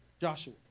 Joshua